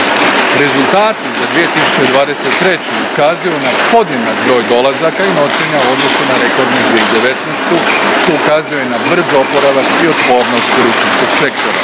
Rezultati za 2023. ukazuju na podjednak broj dolazaka i noćenja u odnosu na rekordnu 2019., što ukazuje na brz oporavak i otpornost turističkog sektora.